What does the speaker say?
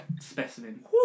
specimen